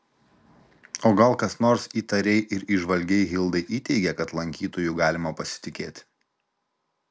o gal kas nors įtariai ir įžvalgiai hildai įteigė kad lankytoju galima pasitikėti